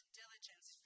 diligence